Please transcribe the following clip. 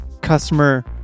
customer